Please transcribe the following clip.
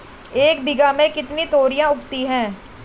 एक बीघा में कितनी तोरियां उगती हैं?